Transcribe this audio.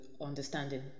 understanding